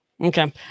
Okay